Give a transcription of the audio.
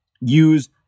use